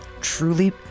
truly